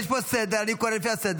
יש פה סדר, אני קורא לפי הסדר.